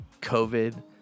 COVID